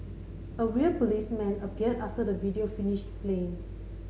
a real policeman appeared after the video finished playing